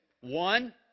One